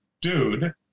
dude